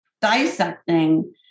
dissecting